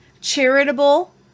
charitable